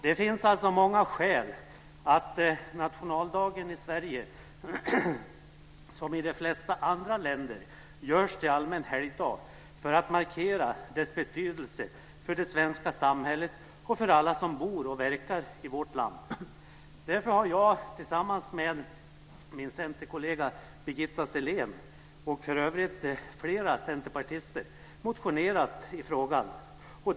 Det finns alltså många skäl att nationaldagen i Sverige, som i de flesta andra länder, görs till allmän helgdag för att markera dess betydelse för det svenska samhället och för alla som bor och verkar i vårt land. Därför har jag tillsammans med min centerkollega Birgitta Sellén, och för övrigt flera centerpartister, motionerat i frågan.